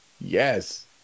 Yes